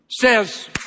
says